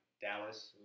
Dallas